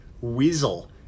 Weasel